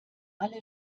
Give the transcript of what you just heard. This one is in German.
alle